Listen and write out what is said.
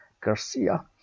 Garcia